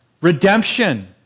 Redemption